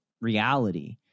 reality